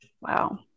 wow